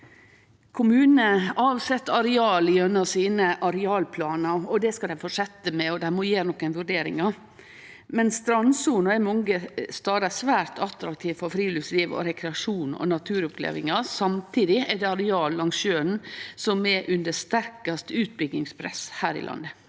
Kommunane set av areal gjennom arealplanane sine. Det skal dei fortsetje med, og dei må gjere nokre vur deringar. Strandsona er mange stader svært attraktiv for friluftsliv, rekreasjon og naturopplevingar. Samtidig er det areala langs sjøen som er under sterkast utbyggingspress her i landet.